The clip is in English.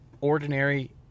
ordinary